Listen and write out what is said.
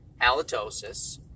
halitosis